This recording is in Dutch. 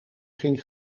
ging